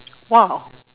!wow!